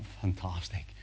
fantastic